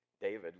David